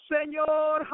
Señor